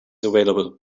available